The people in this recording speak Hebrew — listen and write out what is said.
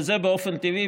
וזה באופן טבעי,